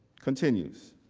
continues.